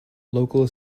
local